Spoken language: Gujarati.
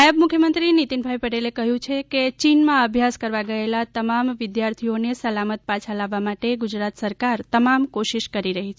નાયબ મુખ્યમંત્રી નિતિનભાઈ પટેલે કહ્યું કે ચીન માં અભ્યાસ કરવા ગયેલા તમામ વિદ્યાથીઓ ને સલામત પાછા લાવવા માટે ગુજરાત સરકાર તમામ કોશિશ કરી રહી છે